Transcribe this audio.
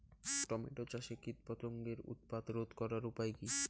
Tomato চাষে কীটপতঙ্গের উৎপাত রোধ করার উপায় কী?